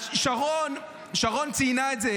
אז שרון ציינה את זה,